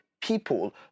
people